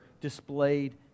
displayed